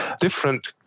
different